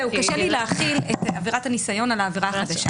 קשה לי להחיל את עבירת הניסיון על העבירה החדשה.